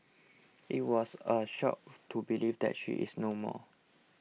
it was a shock to believe that she is no more